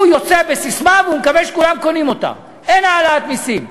הוא יוצא בססמה והוא מקווה שכולם קונים אותה: אין העלאת מסים,